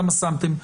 למה שמתם.